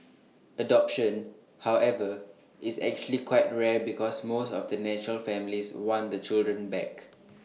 adoption however is actually quite rare because most of the natural families want the children back